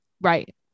Right